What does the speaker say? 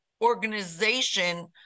organization